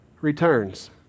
returns